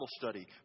study